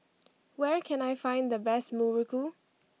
where can I find the best Muruku